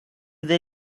they